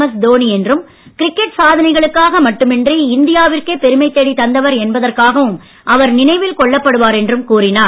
S Dhoni என்றும் cricket சாதனைகளுக்காக மட்டுமின்றி இந்தியாவிற்கே பெருமை தேடித் தந்தவர் என்பதற்காகவும் அவர் நினைவில் கொள்ளப்படுவார் என்றும் கூறினார்